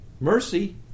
mercy